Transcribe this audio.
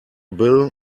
bill